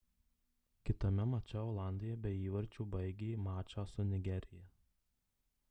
kitame mače olandija be įvarčių baigė mačą su nigerija